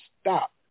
stop